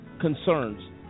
concerns